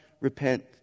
repent